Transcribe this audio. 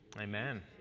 amen